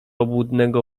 obłudnego